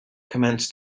commenced